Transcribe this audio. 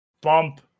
bump